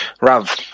Rav